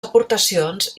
aportacions